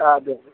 ആ അതെ